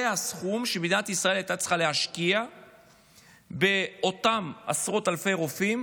זה הסכום שמדינת ישראל הייתה צריכה להשקיע באותם עשרות אלפי רופאים